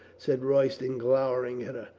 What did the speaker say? said royston, glowering at her.